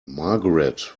margaret